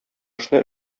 эшне